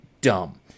dumb